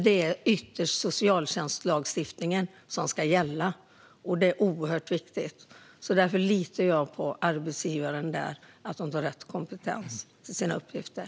Det är ytterst socialtjänstlagstiftningen som ska gälla, och det är oerhört viktigt. Därför litar jag på att arbetsgivaren använder personal med rätt kompetens för sina uppgifter.